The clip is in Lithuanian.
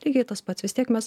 lygiai tas pats vis tiek mes